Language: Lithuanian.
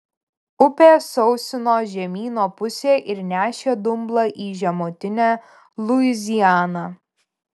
upė sausino žemyno pusę ir nešė dumblą į žemutinę luizianą